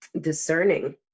discerning